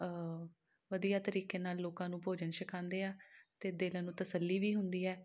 ਵਧੀਆ ਤਰੀਕੇ ਨਾਲ ਲੋਕਾਂ ਨੂੰ ਭੋਜਨ ਛਕਾਉਂਦੇ ਆ ਅਤੇ ਦਿਲਾਂ ਨੂੰ ਤਸੱਲੀ ਵੀ ਹੁੰਦੀ ਹੈ